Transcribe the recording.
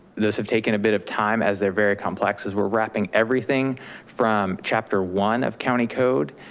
those have taken a bit of time as they're very complex as we're wrapping everything from chapter one of county code,